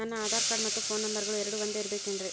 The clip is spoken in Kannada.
ನನ್ನ ಆಧಾರ್ ಕಾರ್ಡ್ ಮತ್ತ ಪೋನ್ ನಂಬರಗಳು ಎರಡು ಒಂದೆ ಇರಬೇಕಿನ್ರಿ?